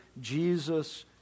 Jesus